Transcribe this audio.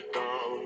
down